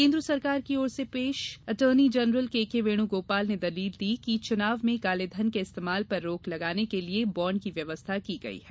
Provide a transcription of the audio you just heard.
केंद्र सरकार की ओर से पेश एटर्नी जनरल केके वेणुगोपाल ने दलील दी कि चुनाव में काले धन के इस्तेमाल पर रोक लगाने के लिए बॉण्ड की व्यवस्था की गयी है